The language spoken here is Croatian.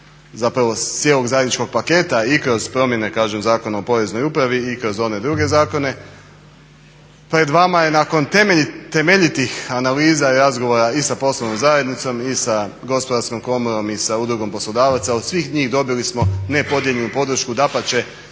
zapravo cijelog zajedničkog paketa i kroz promjene Zakona o Poreznoj upravi i kroz one druge zakone. Pred vama je nakon temeljitih analiza i razgovora i sa poslovnom zajednicom i sa Gospodarskom komorom i sa Udrugom poslodavaca, od svih njih dobili smo nepodijeljenu podršku, dapače